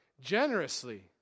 Generously